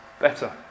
better